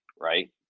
right